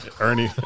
Ernie